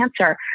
cancer